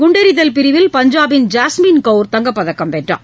குண்டெறிதல் பிரிவில் பஞ்சாபின் ஜாஸ்மின் கவுர் தங்கப்பதக்கம் வென்றார்